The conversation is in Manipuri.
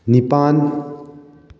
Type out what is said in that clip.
ꯅꯤꯄꯥꯜ